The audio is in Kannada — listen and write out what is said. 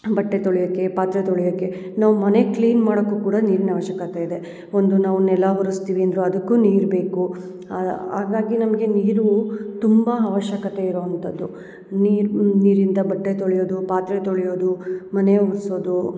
ಬಟ್ಟೆ ತೊಳೆಯೋಕೆ ಪಾತ್ರೆ ತೊಳೆಯೋಕೆ ನಾವು ಮನೆ ಕ್ಲೀನ್ ಮಾಡೋಕು ಕೂಡ ನೀರಿನ ಆವಶ್ಯಕತೆ ಇದೆ ಒಂದು ನಾವು ನೆಲ ಒರಸ್ತಿವಿ ಅಂದ್ರು ಅದಕ್ಕು ನೀರು ಬೇಕು ಅದು ಹಾಗಾಗಿ ನಮಗೆ ನೀರು ತುಂಬ ಆವಶ್ಯಕತೆ ಇರೋ ಅಂಥದ್ದು ನೀರು ನೀರಿಂದ ಬಟ್ಟೆ ತೊಳೆಯೋದು ಪಾತ್ರೆ ತೊಳೆಯೋದು ಮನೆ ಒರ್ಸೋದು